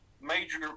major